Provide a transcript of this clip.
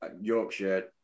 Yorkshire